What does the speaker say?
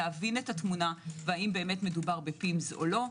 להבין את התמונה ולהבין האם מדובר ב-PIMS או לא.